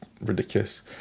ridiculous